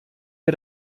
wir